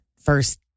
first